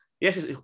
yes